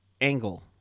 angle